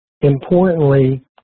Importantly